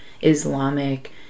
islamic